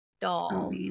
doll